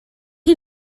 chi